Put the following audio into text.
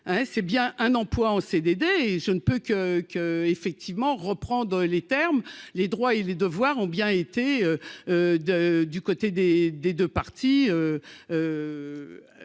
c'est bien un emploi en CDD et je ne peux que que effectivement reprendre les termes les droits et les devoirs ont bien été de du côté des des 2 parties